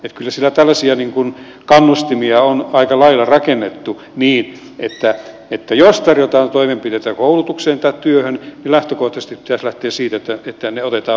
kyllä siellä tällaisia kannustimia on aika lailla rakennettu niin että jos tarjotaan toimenpiteitä koulutukseen tai työhön niin lähtökohtaisesti pitäisi lähteä siitä että ne otetaan vastaan